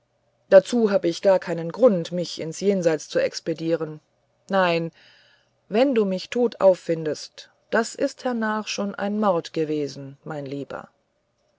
dazu hab ich gar keinen grund mich ins jenseits zu expedieren nein wenn du mich tot findest das is hernach schon ein mord gewesen mein lieber